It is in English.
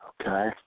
Okay